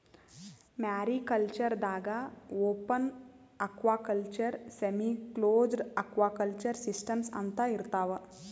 mariculture ದಾಗಾ open aquaculture, semiclosed aquaculture systems ಅಂತಾ ಇರ್ತವ್